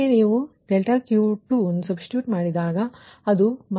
ಅಂತೆಯೇ ನೀವು ∆Q2 substitute ನೀವು ಸಬ್ಸ್ಟಿಟ್ಯೂಟ್ ಮಾಡಿದರೆ ಅದು 1